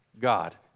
God